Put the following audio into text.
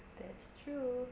that's true